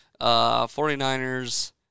49ers